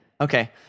Okay